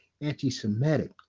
anti-Semitic